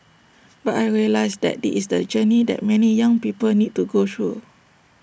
but I realised that this is the journey that many young people need to go through